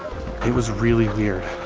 it was really weird.